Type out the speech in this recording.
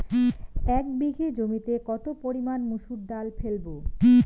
এক বিঘে জমিতে কত পরিমান মুসুর ডাল ফেলবো?